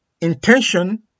intention